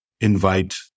invite